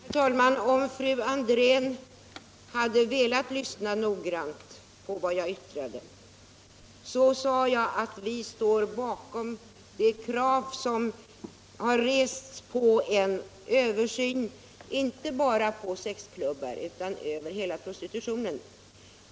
Herr talman! Om fru André hade velat lyssna noggrant på vad jag yttrade skulle hon ha uppfattat atl jag sade att vi står bakom de krav som har rests på en översyn inte bara av sexklubbsverksamheten utan av hela prostitutionen.